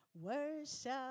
Worship